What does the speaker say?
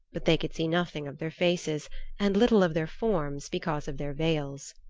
but they could see nothing of their faces and little of their forms because of their veils.